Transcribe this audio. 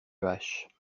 hache